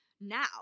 now